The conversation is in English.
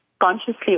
consciously